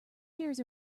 hears